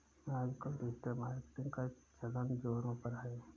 आजकल digital marketing का चलन ज़ोरों पर है